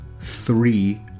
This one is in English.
three